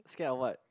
scared of what